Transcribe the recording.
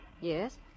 Yes